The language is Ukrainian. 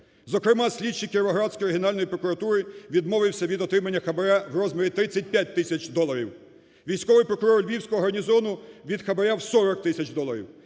Зокрема, слідчий Кіровоградської Генеральної прокуратури відмовився від отримання хабара в розмірі 35 тисяч доларів. Військовий прокурор Львівського гарнізону – від хабара в 40 тисяч доларів.